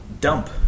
dump